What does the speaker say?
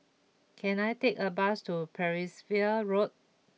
can I take a bus to Percival Road